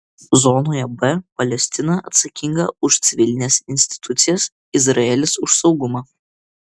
zonoje b palestina atsakinga už civilines institucijas izraelis už saugumą